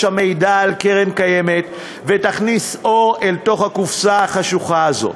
המידע על קרן קיימת ותכניס אור אל תוך הקופסה החשוכה הזאת.